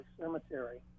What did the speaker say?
Cemetery